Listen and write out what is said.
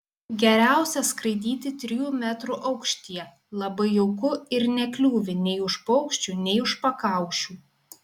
geriausia skraidyti trijų metrų aukštyje labai jauku ir nekliūvi nei už paukščių nei už pakaušių